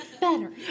Better